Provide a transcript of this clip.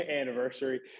anniversary